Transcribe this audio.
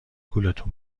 گولتون